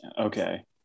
Okay